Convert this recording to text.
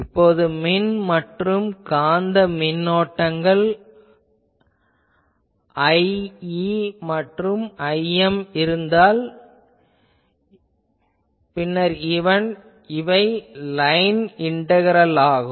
இப்போது மின் மற்றும் காந்த மின்னோட்டங்கள் Ie மற்றும் Im இருந்தால் பின்னர் இவை லைன் இன்டகரலாகும்